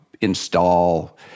install